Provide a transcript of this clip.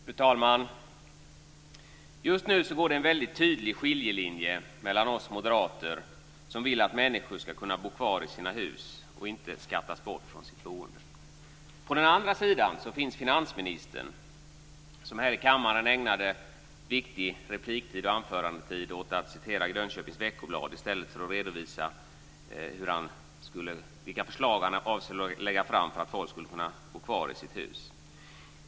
Fru talman! Just nu går det en väldigt tydlig skiljelinje mellan å ena sidan oss moderater, som vill att människor ska kunna bo kvar i sina hus och inte skattas bort från sitt boende, och å andra sidan finansministern, som här i kammaren ägnade viktig repliktid och anförandetid åt citera Grönköpings veckoblad i stället för att redovisa vilka förslag han avser att lägga fram för att folk ska kunna bo kvar i sina hus.